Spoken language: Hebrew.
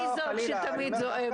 אני זו שתמיד זועמת.